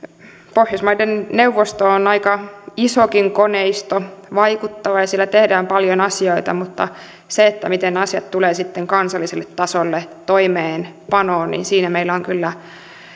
pohjoismaiden neuvosto on aika isokin koneisto vaikuttava ja siellä tehdään paljon asioita mutta siinä miten asiat tulevat sitten kansalliselle tasolle toimeenpanoon meillä on kyllä